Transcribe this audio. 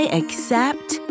accept